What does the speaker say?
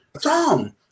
Tom